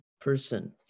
person